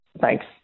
Thanks